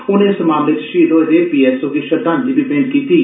उनें इस हमले च शहीद होए दे पीएसओ गी श्रद्वांजलि बी भेंट कीती ऐ